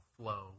flow